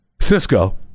Cisco